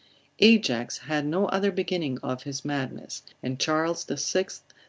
ajax had no other beginning of his madness and charles the sixth,